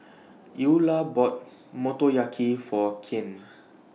Eula bought Motoyaki For Kyan